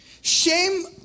Shame